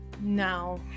no